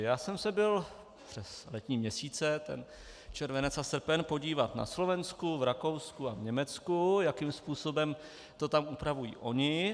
Já jsem se byl přes letní měsíce, červenec a srpen, podívat na Slovensku, v Rakousku a v Německu, jakým způsobem to tam upravují oni.